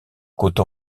côte